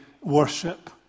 worship